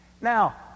Now